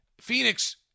Phoenix